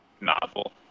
novel